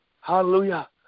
Hallelujah